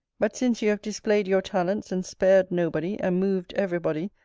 but since you have displayed your talents, and spared nobody, and moved every body,